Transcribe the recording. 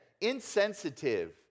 insensitive